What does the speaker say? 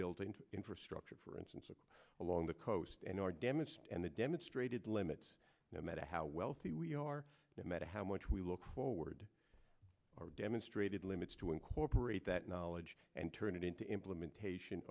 building infrastructure for instance along the coast and are damaged and it demonstrated limits no matter how wealthy we are no matter how much we look forward our demonstrated limits to incorporate that knowledge and turn it into implementation